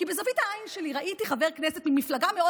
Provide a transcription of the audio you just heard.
כי בזווית העין שלי ראיתי חבר כנסת ממפלגה מאוד